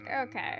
Okay